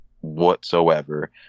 whatsoever